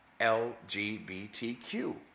LGBTQ